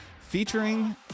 featuring